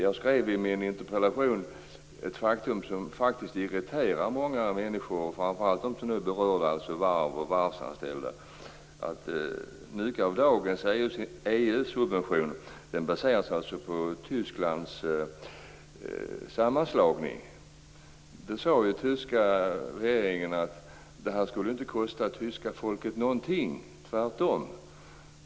Jag skrev i min interpellation om ett faktum som faktiskt irriterar många människor, framför allt dem som nu är berörda på varven, de varvsanställda, att mycket av dagens EU-subvention baseras på Tysklands sammanslagning. Den tyska regeringen sade att sammanslagningen inte skulle kosta tyska folket någonting, tvärtom.